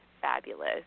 fabulous